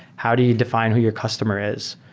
how do you define who your customer is?